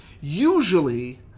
usually